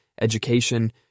education